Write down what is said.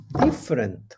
different